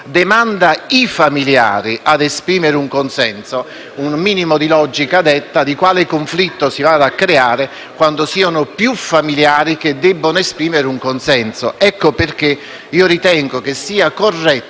delega i familiari a esprimere un consenso: un minimo di logica detta di quale conflitto si vada a creare quando siano più familiari che debbono esprimere un consenso. Ecco perché io ritengo sia corretto,